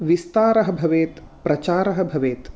विस्तारः भवेत् प्रचारः भवेत्